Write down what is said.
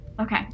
okay